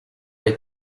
les